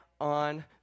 on